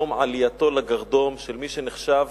יום עלייתו לגרדום של מי שנחשב